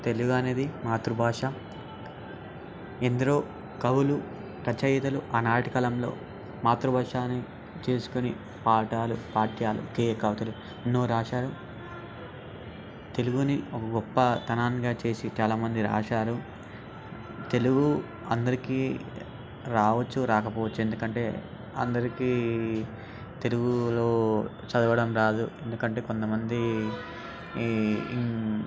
తెలుగు అనేది మాతృభాష ఎందరో కవులు రచయితలు ఆనాటి కాలంలో మాతృభాషా అని చేసుకొని పాఠాలు పాఠాలు కేకాతులు ఎన్నో రాసారు తెలుగుని ఒక గొప్పతనంగా చేసి చాలా మంది రాసారు తెలుగు అందరికీ రావచ్చు రాకపోవచ్చు ఎందుకంటే అందరికీ తెలుగులో చదవడం రాదు ఎందుకంటే కొంత మంది